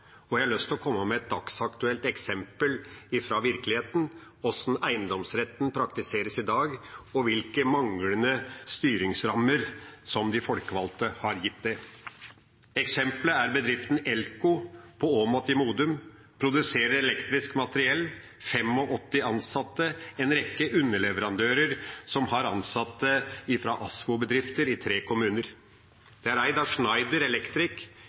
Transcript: Jeg har lyst til å komme med et dagsaktuelt eksempel fra virkeligheten på hvordan eiendomsretten praktiseres i dag, og hvilke manglende styringsrammer som de folkevalgte har gitt det. Eksemplet er bedriften ELKO på Åmot i Modum. De produserer elektrisk materiell, har 85 ansatte og en rekke underleverandører som har ansatte fra ASVO-bedrifter i tre kommuner. Den er eid av